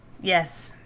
Yes